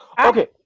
okay